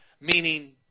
meaning